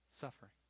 Suffering